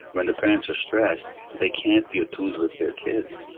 when the parents are stressed they can't be attuned with their kids.